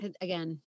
again